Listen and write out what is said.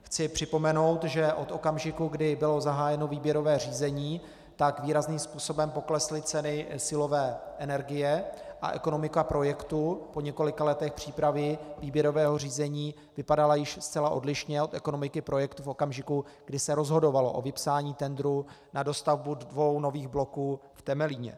Chci připomenout, že od okamžiku, kdy bylo zahájeno výběrové řízení, výrazným způsobem poklesly ceny silové energie a ekonomika projektu po několika letech přípravy výběrového řízení vypadala již zcela odlišně od ekonomiky projektu v okamžiku, kdy se rozhodovalo o vypsání tendru na dostavbu dvou nových bloků v Temelíně.